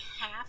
half